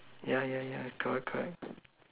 yeah yeah yeah correct correct